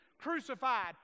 crucified